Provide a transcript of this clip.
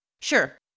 Sure